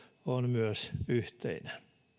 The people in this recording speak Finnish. on myös yhteinen